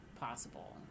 possible